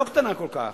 לא קטנה כל כך,